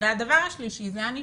הדבר השלישי זה ענישה.